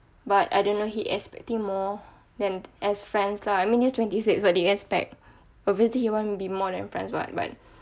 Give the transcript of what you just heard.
but I didn't know he expecting more than as friends lah I mean he is twenty six what do you expect obviously he want to be more than friends [what] but